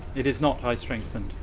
it is not ice strengthened?